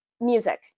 music